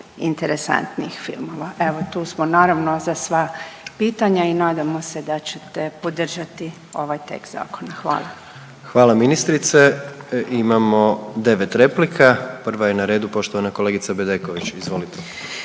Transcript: interesantnih filmova. Evo tu smo naravno za sva pitanja i nadamo se da ćete podržati ovaj tekst zakona. Hvala. **Jandroković, Gordan (HDZ)** Hvala ministrice. Imamo 9 replika. Prva je na redu poštovana kolegica Bedeković, izvolite.